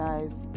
Life